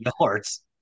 yards